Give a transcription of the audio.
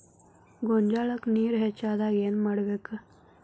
ಗೊಂಜಾಳಕ್ಕ ನೇರ ಹೆಚ್ಚಾದಾಗ ಏನ್ ಮಾಡಬೇಕ್?